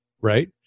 right